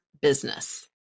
business